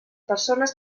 persones